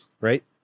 right